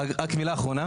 ברשותך, מילה אחרונה